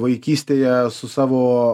vaikystėje su savo